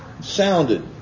sounded